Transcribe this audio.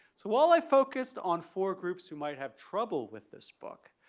so while i focused on four groups who might have trouble with this book,